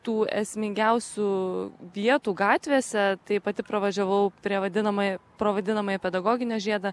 tų esmingiausių vietų gatvėse tai pati pravažiavau prie vadinamąją pro vadinamąjį pedagoginio žiedą